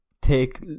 take